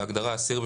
בהגדרה ״אסיר״,